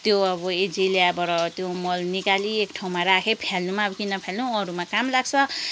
त्यो अब एजिलियाबाट त्यो मल निकाली एक ठाउँमा राखेँ फाल्नु पनि अब किन फाल्नु अरूमा काम लाग्छ